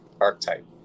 archetype